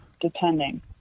depending